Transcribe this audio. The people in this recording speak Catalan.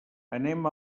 anem